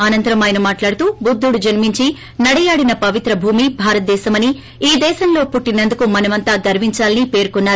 అనంతరం ఆయన మాట్హడుతూ బుధ్యడు జన్మించి నడయాడిన పవిత్ర భూమి భారతదేశమని ఈ దేశంలో పుట్టినందుకు మసమంతా గర్వించాలని పేర్కొన్నారు